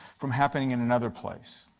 from happening in another place?